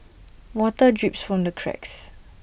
water drips from the cracks